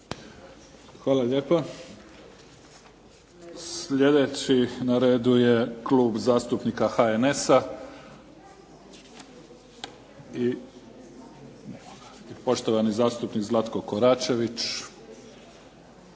Hvala lijepa. Slijedeći na redu je Klub zastupnika HNS-a i poštovani zastupnik Zlatko Koračević.